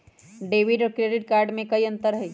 Debit और credit card में कई अंतर हई?